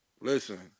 Listen